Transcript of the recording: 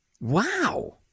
Wow